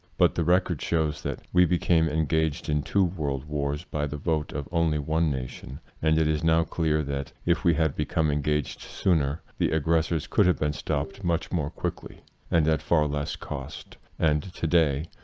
but the record shows that we became engaged in two world wars by the vote of only one nation and it is now clear that if we had become engaged sooner the aggressors could have been stopped much more quickly and at far less cost. and today,